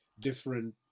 different